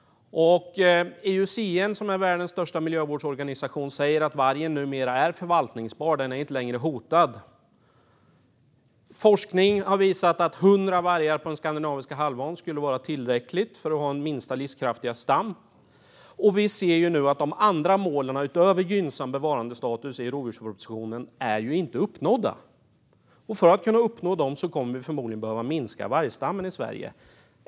IUCN, som är världens största miljövårdsorganisation, säger att vargen numera är förvaltningsbar. Den är inte längre hotad. Forskning har visat att 100 vargar på den skandinaviska halvön skulle vara tillräckligt för att uppnå minsta livskraftiga stam. Vi ser nu att de andra målen, utöver gynnsam bevarandestatus, i rovdjurspropositionen inte är uppnådda. Om vi ska kunna uppnå dem kommer vi förmodligen att behöva minska vargstammen i Sverige.